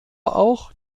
auch